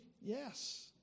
Yes